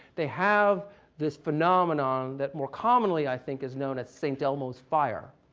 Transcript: they have this phenomenon that more commonly, i think, is known as st. elmo's fire,